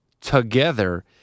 together